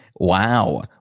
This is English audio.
wow